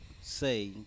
say